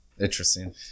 Interesting